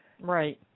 Right